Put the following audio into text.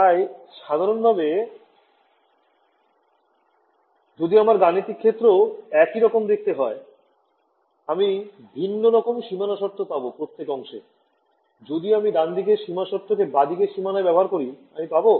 তাই সাধারনভাবে যদি আমার গাণিতিক ক্ষেত্রও একিরকম দেখতে হয় আমি ভিন্ন রকম সীমানা শর্ত পাবো প্রতেক অংশে যদি আমি ডানদিকের সীমা শর্ত কে বাঁদিকের সিমানায় ব্যবহার করি আমি পাবো